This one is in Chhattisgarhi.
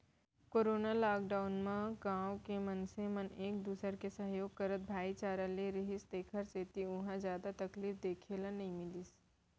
कोरोना लॉकडाउन म गाँव के मनसे मन एक दूसर के सहयोग करत भाईचारा ले रिहिस तेखर सेती उहाँ जादा तकलीफ देखे ल नइ मिलिस